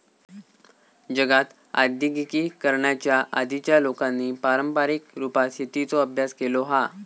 जगात आद्यिगिकीकरणाच्या आधीच्या लोकांनी पारंपारीक रुपात शेतीचो अभ्यास केलो हा